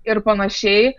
ir panašiai